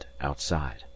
outside